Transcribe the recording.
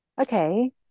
Okay